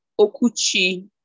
okuchi